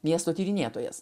miesto tyrinėtojas